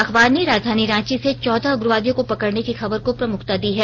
अखबार ने राजधानी रांची से चौदह उग्रवादियों को पकड़ने की खबर को प्रमुखता दी है